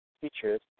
teachers